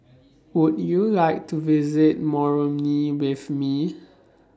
Would YOU like to visit Moroni with Me